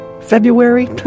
February